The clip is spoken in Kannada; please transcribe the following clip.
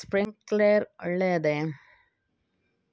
ಸ್ಪಿರಿನ್ಕ್ಲೆರ್ ಒಳ್ಳೇದೇ?